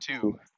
two